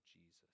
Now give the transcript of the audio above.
Jesus